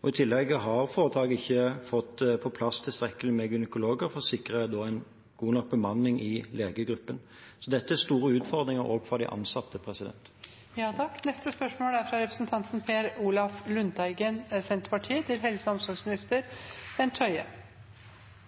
og i tillegg har ikke foretaket fått på plass tilstrekkelig med gynekologer for å sikre en god nok bemanning i legegruppen. Så dette er store utfordringer også for de ansatte. «Kristiansund og Molde sykehus er i en veldig krevende situasjon for å sikre rekruttering og